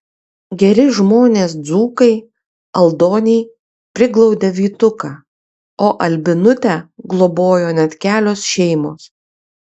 geri žmonės dzūkai aldoniai priglaudė vytuką o albinutę globojo net kelios šeimos